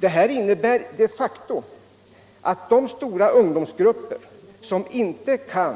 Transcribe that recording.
Det här innebär de facto att de stora ungdomsgrupper som inte kan